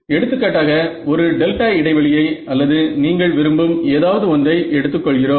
எடுத்துக்காட்டாக ஒரு டெல்டா இடைவெளியை அல்லது நீங்கள் விரும்பும் ஏதாவது ஒன்றை எடுத்துக் கொள்கிறோம்